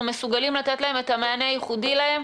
מסוגלים לתת להם את המענה הייחודי להם,